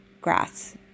grass